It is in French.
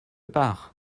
part